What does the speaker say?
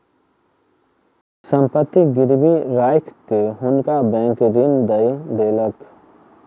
संपत्ति गिरवी राइख के हुनका बैंक ऋण दय देलक